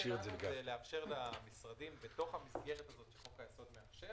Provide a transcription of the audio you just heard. המטרה שלנו היא לאפשר למשרדים בתוך המסגרת של חוק-היסוד בהמשך